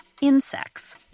insects